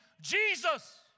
Jesus